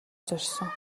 зорьсон